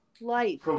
life